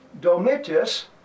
Domitius